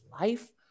life